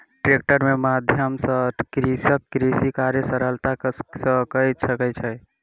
tractor के माध्यम सॅ कृषक कृषि कार्य सरलता सॅ कय सकै छै